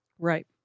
Right